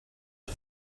not